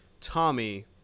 Tommy –